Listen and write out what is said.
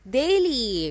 daily